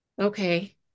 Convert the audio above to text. okay